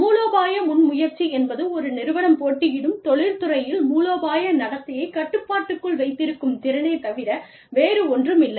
மூலோபாய முன்முயற்சி என்பது ஒரு நிறுவனம் போட்டியிடும் தொழிற்துறையில் மூலோபாய நடத்தையைக் கட்டுப்பாட்டுக்குள் வைத்திருக்கும் திறனேத் தவிர வேறு ஒன்றும் இல்லை